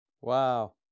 Wow